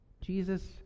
Jesus